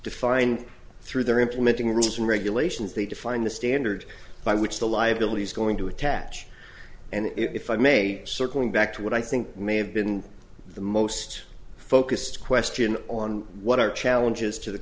define through their implementing rules and regulations they define the standard by which the liability is going to attach and if i may circling back to what i think may have been the most focused question on what are challenges to the